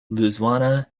lausanne